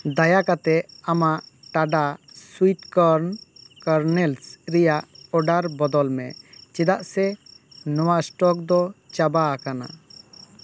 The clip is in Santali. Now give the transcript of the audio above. ᱫᱟᱭᱟ ᱠᱟᱛᱮᱜ ᱟᱢᱟᱜ ᱴᱟᱰᱟ ᱥᱩᱭᱤᱴ ᱠᱳᱨᱱ ᱠᱚᱨᱱᱮᱞᱥ ᱨᱮᱭᱟᱜ ᱳᱰᱟᱨ ᱵᱚᱫᱚᱞᱢᱮ ᱪᱮᱫᱟᱜ ᱥᱮ ᱱᱚᱣᱟ ᱥᱴᱚᱠ ᱫᱚ ᱪᱟᱵᱟ ᱟᱠᱟᱱᱟ